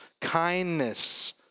kindness